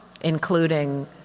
including